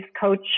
coach